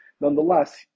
nonetheless